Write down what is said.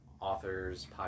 authors